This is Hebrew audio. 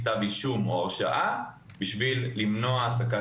כתב אישום או הרשעה כדי למנוע העסקת